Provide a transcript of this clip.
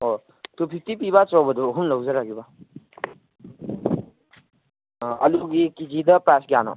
ꯑꯣ two fifty ꯄꯤꯕ ꯑꯆꯧꯕꯗꯨ ꯑꯍꯨꯝ ꯂꯧꯖꯔꯒꯦꯕ ꯑꯂꯨꯒꯤ ꯀꯦ ꯖꯤꯗ ꯄ꯭ꯔꯥꯏꯁ ꯀꯌꯥꯅꯣ